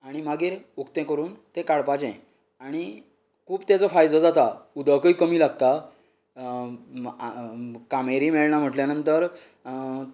आनी मागीर उक्तें करून तें काडपाचें आनी खूब तेजो फायदो जाता उदकूय कमी लागता कामेरी मेळना म्हटल्या नंतर